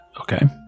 Okay